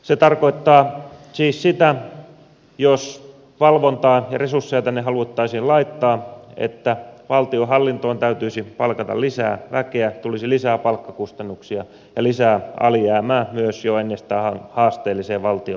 se tarkoittaa siis sitä jos valvontaa ja resursseja tänne haluttaisiin laittaa että valtionhallintoon täytyisi palkata lisää väkeä tulisi lisää palkkakustannuksia ja lisää alijäämää myös jo ennestään haasteelliseen valtiontalouteen